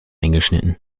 eingeschnitten